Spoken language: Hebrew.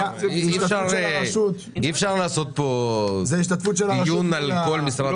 אי-אפשר לעשות דיון על כל משרד החינוך.